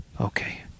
Okay